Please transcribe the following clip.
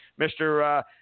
Mr. –